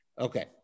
okay